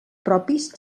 propis